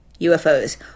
UFOs